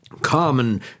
common